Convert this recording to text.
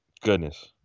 Goodness